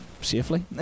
safely